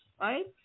right